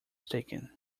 taken